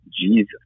Jesus